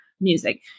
music